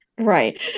right